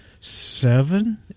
seven